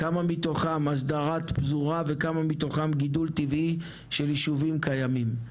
כמה מתוכם הסדרת פזורה וכמה מתוכם גידול טבעי של יישובים קיימים?